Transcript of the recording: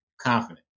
Confident